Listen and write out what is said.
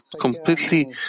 completely